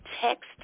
text